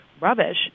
rubbish